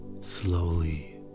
slowly